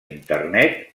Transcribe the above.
internet